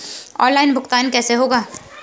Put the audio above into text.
Online भुगतान कैसे होगा?